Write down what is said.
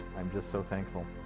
i'm just so thankful